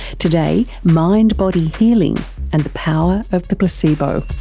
today, mind-body healing and the power of the placebo.